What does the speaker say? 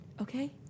okay